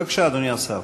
בבקשה, אדוני השר.